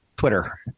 twitter